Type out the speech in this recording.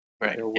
Right